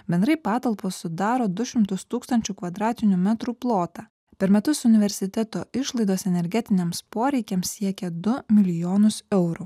bendrai patalpos sudaro du šimtus tūkstančių kvadratinių metrų plotą per metus universiteto išlaidos energetiniams poreikiams siekia du milijonus eurų